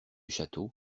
château